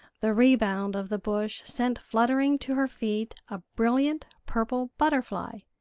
the rebound of the bush sent fluttering to her feet a brilliant purple butterfly.